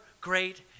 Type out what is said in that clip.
great